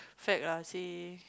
fact lah see